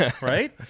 right